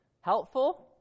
Helpful